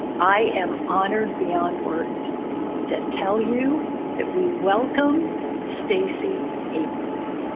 i am honored beyond words to tell you that we welcome stacey abrams.